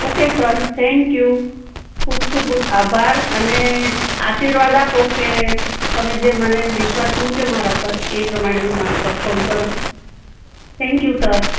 okay sir thank you ખૂબ ખૂબ આભાર અને આર્શીવાદ આપો કે તમે જે મને વિશ્વાસ મૂક્યો મારા પર એ પ્રમાણે મારુ પરફોર્મ કરું થેન્ક યૂ સર